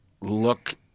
look